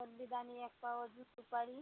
फल्लीदाणे एक पाव अजून सुपारी